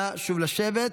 שוב, נא לשבת.